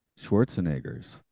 schwarzeneggers